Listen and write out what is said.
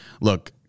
look